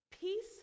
Peace